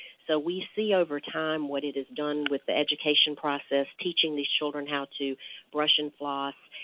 so we see over time what it has done with the education process, teaching these children how to brush and floss,